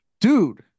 dude